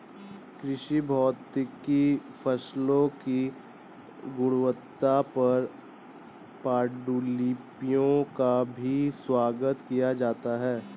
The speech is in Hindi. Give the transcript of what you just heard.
कृषि भौतिकी फसलों की गुणवत्ता पर पाण्डुलिपियों का भी स्वागत किया जाता है